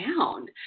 down